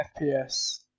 FPS